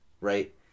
right